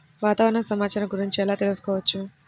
వాతావరణ సమాచారం గురించి ఎలా తెలుసుకోవచ్చు?